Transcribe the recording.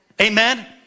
Amen